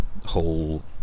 whole